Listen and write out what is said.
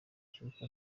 cy’uko